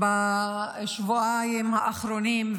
בשבועיים האחרונים,